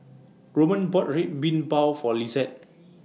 Roman bought Red Bean Bao For Lisette